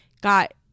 got